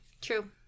true